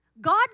God